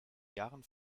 jahren